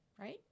right